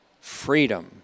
freedom